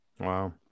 Wow